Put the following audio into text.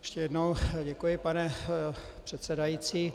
Ještě jednou děkuji, pane předsedající.